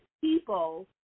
people